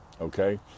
Okay